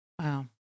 wow